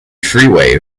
freeway